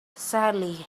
sadly